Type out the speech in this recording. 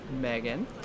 Megan